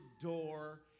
door